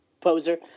Poser